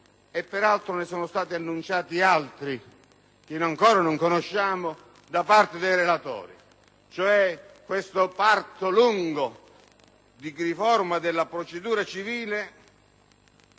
peraltro, ne sono stati annunciati altri, che ancora non conosciamo, da parte dei relatori. Questo lungo parto di riforma della procedura civile